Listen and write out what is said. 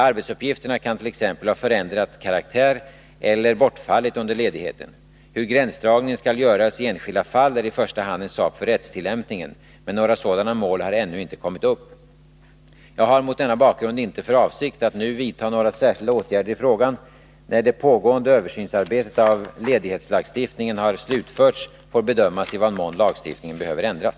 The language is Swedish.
Arbetsuppgifterna kan t.ex. ha förändrat karaktär eller bortfallit under ledigheten. Hur gränsdragningen skall göras i enskilda fall är i första hand en sak för rättstillämpningen, men några sådana mål har ännu inte kommit upp. Jag har mot denna bakgrund inte för avsikt att nu vidta några särskilda åtgärder i frågan. När det pågående arbetet med översyn av ledighetslagstiftningen har slutförts får bedömas i vad mån lagstiftningen behöver ändras.